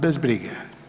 Bez brige.